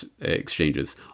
exchanges